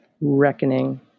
reckoning